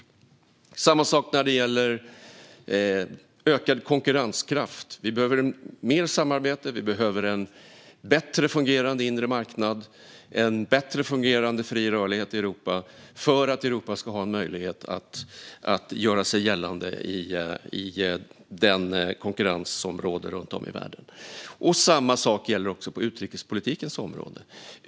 Det är samma sak när det gäller ökad konkurrenskraft. Vi behöver mer samarbete och en bättre fungerande inre marknad och en bättre fungerande fri rörlighet i Europa för att Europa ska ha en möjlighet att göra sig gällande i den konkurrens som råder runt om i världen. Samma sak gäller också på utrikespolitikens område.